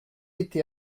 été